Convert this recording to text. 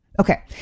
Okay